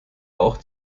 auch